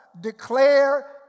declare